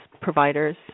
providers